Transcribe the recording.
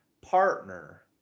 partner